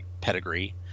pedigree